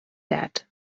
that